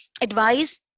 advice